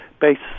based